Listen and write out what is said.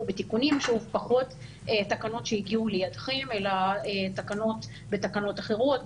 בתיקונים בתקנות שהגיעו לידכם ובתקנות אחרות.